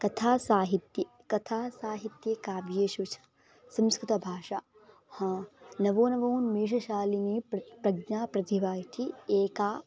कथासाहित्ये कथासाहित्ये काव्येषु च संस्कृतभाषा हा नवो नवोन्मेषशालिनी प्र प्रज्ञा प्रथिभा इति एका